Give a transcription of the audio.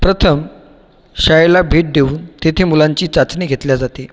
प्रथम शाळेला भेट देऊन तेथे मुलांची चाचणी घेतल्या जाते